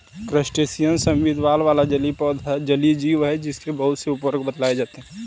crustacean संधिपाद वाला जलीय जीव है जिसके बहुत से उपवर्ग बतलाए जाते हैं